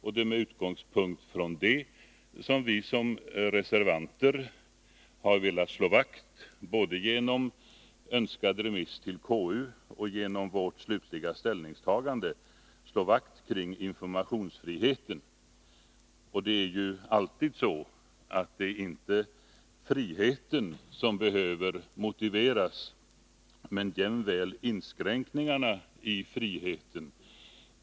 Det är med utgångspunkt i det som vi reservanter både genom önskad remiss till konstitutionsutskottet och genom vårt slutliga ställningstagande har velat slå vakt om informationsfriheten. Det är aldrig friheten, utan tvärtom inskränkningarna i friheten, som behöver motiveras.